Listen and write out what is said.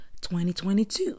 2022